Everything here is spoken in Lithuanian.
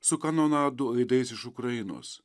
su kanonadų aidais iš ukrainos